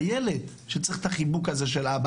הילד שצריך את החיבוק הזה של אבא.